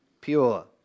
pure